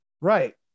Right